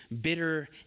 bitter